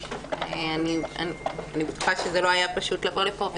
אני בטוחה שזה לא היה פשוט לבוא לפה.